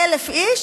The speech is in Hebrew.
1,000 איש,